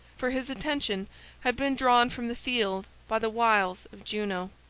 for his attention had been drawn from the field by the wiles of juno.